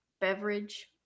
beverage